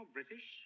British